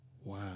Wow